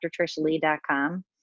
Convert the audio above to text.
drtrishlee.com